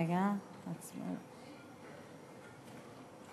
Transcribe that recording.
ההצעה להעביר את הנושא לוועדת הפנים והגנת הסביבה נתקבלה.